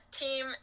team